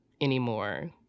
anymore